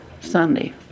Sunday